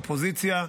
אופוזיציה,